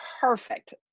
perfect